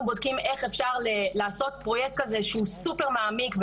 ואנחנו בודקים איך אפשר לעשות פרויקט כזה שהוא סופר מעמיק,